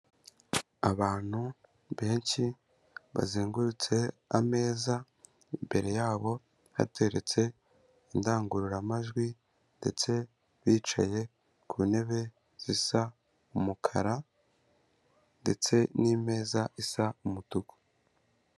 Abantu benshi bazengurutse ameza, imbere yabo hateretse indangururamajwi ndetse bicaye ku ntebe zisa umukara ndetse n'imeza isa umutuku.